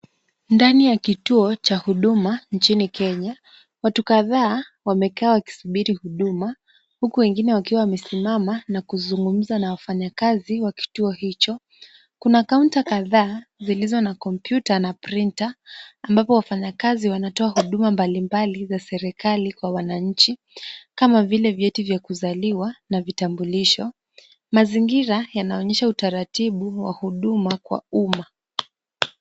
Ndani ya kituo cha huduma nchini Kenya, watu kadhaa wamekaa wakisubiri huduma, huku wengine wakiwa wamesimama na kuzungumza na wafanyakazi wa kituo hicho. Kuna kaunta kadhaa zilizo na kompyuta na printa ambapo wafanyakazi wanatoa huduma mbalimbali za serikali kwa wananchi, kama vile vyeti vya kuzaliwa na vitambulisho. Mazingira yanaonyesha utaratibu wa huduma kwa umma.